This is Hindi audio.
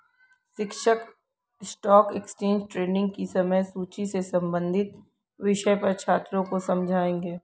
शिक्षक स्टॉक एक्सचेंज ट्रेडिंग की समय सूची से संबंधित विषय पर छात्रों को समझाएँगे